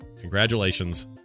Congratulations